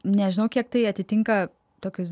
nežinau kiek tai atitinka tokias